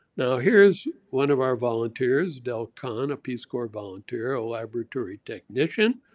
now here's one of our volunteers dell conn, a peace corps volunteer, a laboratory technician,